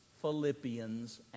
Philippians